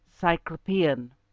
Cyclopean